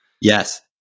Yes